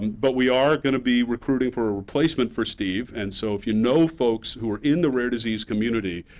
but we are going to be recruiting for ah replacement for steve, and so if you know folks who are in the rare disease community,